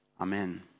Amen